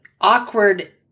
awkward